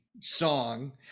song